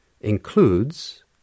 includes